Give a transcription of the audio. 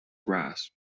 grass